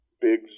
big